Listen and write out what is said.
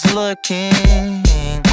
looking